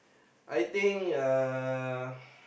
I think uh